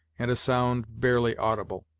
and a sound barely audible.